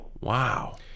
Wow